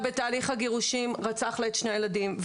בתהליך הגירושין רצח לה את שני הילדים.